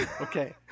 Okay